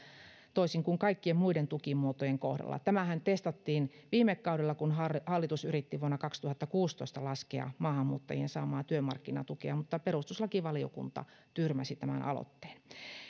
toisin kuin kaikkien muiden tukimuotojen kohdalla tämähän testattiin viime kaudella kun hallitus yritti vuonna kaksituhattakuusitoista laskea maahanmuuttajien saamaa työmarkkinatukea mutta perustuslakivaliokunta tyrmäsi tämän aloitteen